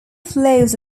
flows